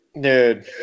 Dude